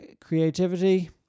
creativity